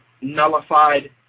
nullified